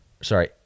sorry